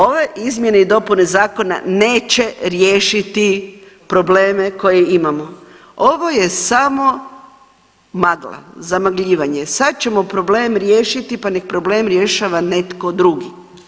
Ove izmjene i dopune zakona neće riješiti probleme koje imamo, ovo je samo magla, zamagljivanje, sad ćemo problem riješiti, pa nek problem rješava netko drugi.